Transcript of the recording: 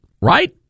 Right